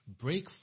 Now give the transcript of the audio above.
break